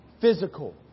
physical